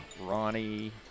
Ronnie